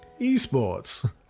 eSports